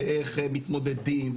ואיך מתמודדים,